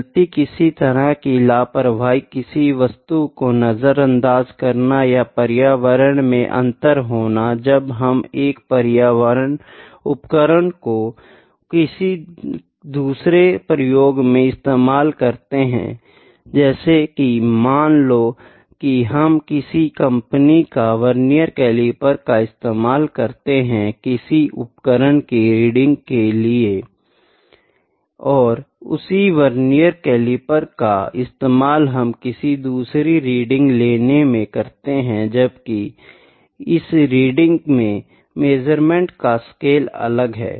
गलती किसी तरह की लापरवाही किसी वस्तु को नज़रअंदाज़ करना या पर्यावरण में अंतर होना जब हम एक उपकरण को किसी दूसरे प्रयोग में इस्तेमाल करते है जैसे की मान लो की हम किसी कंपनी का वेर्निएर कैलिपर का इस्तेमाल करते है किसी उपकरण की रीडिंग्स लेने के लिए और उसी वेर्निएर कैलिपर का इस्तेमाल हम किसी दूसरी रीडिंग लेने में करते है जबकि इस रीडिंग में मेज़रमेंट का स्केल अलग है